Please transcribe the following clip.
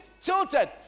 tilted